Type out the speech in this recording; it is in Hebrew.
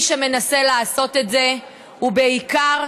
מי שמנסה לעשות את זה הוא בעיקר